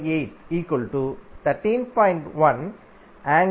28 13